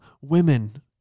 women